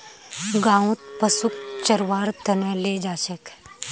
गाँउत पशुक चरव्वार त न ले जा छेक